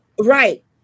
Right